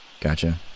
Gotcha